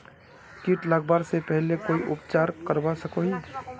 किट लगवा से पहले कोई उपचार करवा सकोहो ही?